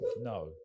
No